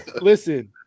Listen